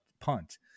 punt